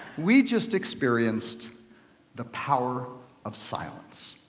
we just experienced the power of silence.